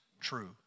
true